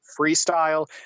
freestyle